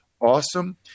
Awesome